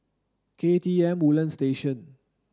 K T M Woodlands Station